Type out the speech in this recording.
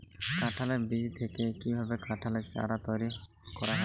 কাঁঠালের বীজ থেকে কীভাবে কাঁঠালের চারা তৈরি করা হয়?